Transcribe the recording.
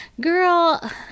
girl